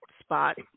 spot